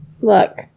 Look